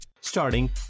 Starting